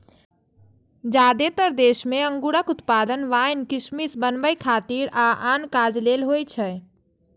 जादेतर देश मे अंगूरक उत्पादन वाइन, किशमिश बनबै खातिर आ आन काज लेल होइ छै